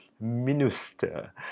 minister